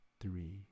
three